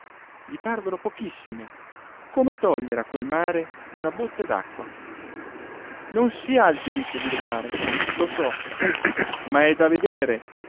gli parvero pochissime come togliere a quel mare una botte d'acqua non si ha il diritto di rubare lo so ma è da vedere